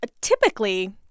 typically